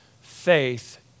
faith